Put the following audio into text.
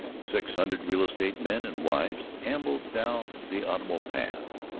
six hundred real-estate men and wives ambled down the autumnal paths.